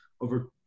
over